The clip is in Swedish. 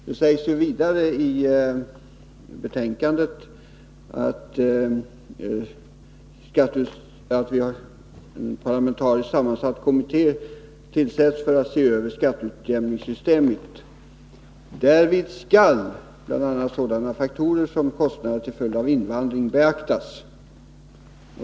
Det sägs vidare i betänkandet att en parlamentariskt sammansatt kommitté skall tillsättas för att se över skatteutjämningssystemet; därvid skall — jag understryker ”skall” — bl.a. sådana faktorer som kostnader till följd av invandring beaktas.